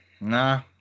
Nah